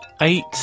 eight